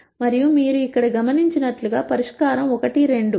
మరియు మీరు ఇక్కడ గమనించినట్లుగా పరిష్కారం 1 2